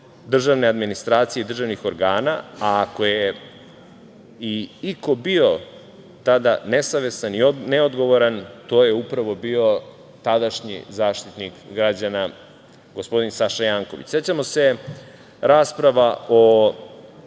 državne administracije i državnih organa, a ako je i iko bio tada nesavestan i neodgovoran to je upravo bio tadašnji Zaštitnik građana gospodin Saša Janković.Sećamo se rasprava o